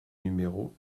numéro